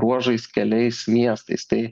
ruožais keliais miestais tai